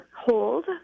hold